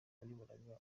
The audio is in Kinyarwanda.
wayoboraga